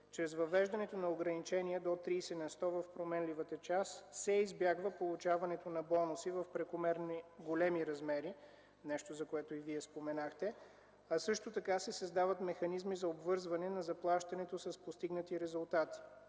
Чрез въвеждането на ограничение до 30 на сто в променливата част се избягва получаването на бонуси в прекалено големи размери – нещо, за което и Вие споменахте, а също така се създават механизми за обвързване на заплащането с постигнати резултати.